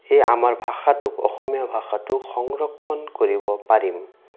এই আমাৰ ভাষাটোক অসমীয়া ভাষাটোক সংৰক্ষণ কৰিব পাৰিম